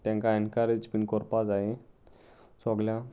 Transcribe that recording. तांकां एनकरेज बीन करपा जाय सगल्यां